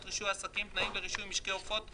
רישוי עסקים (תנאים לרישוי משקי עופות ולולים),